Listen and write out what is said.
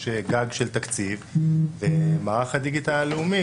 יש גג של תקציב ומערך הדיגיטל הלאומי,